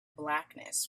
blackness